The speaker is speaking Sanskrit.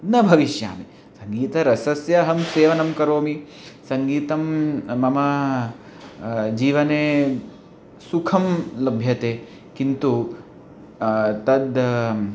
न भविष्यामि सङ्गीतरसस्य अहं सेवनं करोमि सङ्गीतं मम जीवने सुखं लभ्यते किन्तु तद्